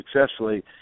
successfully